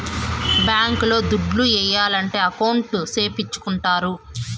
bank లో దుడ్లు ఏయాలంటే అకౌంట్ సేపిచ్చుకుంటారు